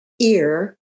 ear